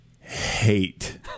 hate